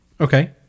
Okay